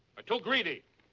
or too greedy?